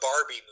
Barbie